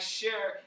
share